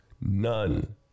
None